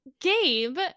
Gabe